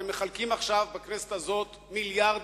אתם מחלקים עכשיו, בכנסת הזאת, מיליארדים,